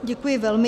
Děkuji velmi.